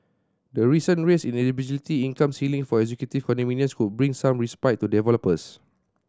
the recent raise in eligibility income ceiling for executive condominiums could bring some respite to developers